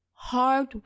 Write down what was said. hard